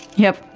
yep,